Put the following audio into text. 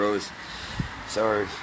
sorry